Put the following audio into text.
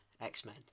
X-Men